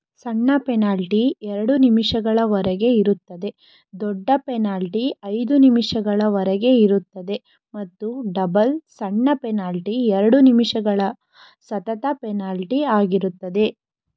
ಸಣ್ಣ ಪೆನಾಲ್ಟಿ ಎರಡು ನಿಮಿಷಗಳವರೆಗೆ ಇರುತ್ತದೆ ದೊಡ್ಡ ಪೆನಾಲ್ಟಿ ಐದು ನಿಮಿಷಗಳವರೆಗೆ ಇರುತ್ತದೆ ಮತ್ತು ಡಬಲ್ ಸಣ್ಣ ಪೆನಾಲ್ಟಿ ಎರಡು ನಿಮಿಷಗಳ ಸತತ ಪೆನಾಲ್ಟಿ ಆಗಿರುತ್ತದೆ